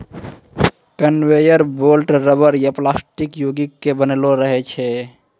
conveyor belt rubber या plastic योगिक के बनलो रहै छै